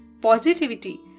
positivity